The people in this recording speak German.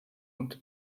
und